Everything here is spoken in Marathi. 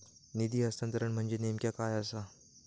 निधी हस्तांतरण म्हणजे नेमक्या काय आसा?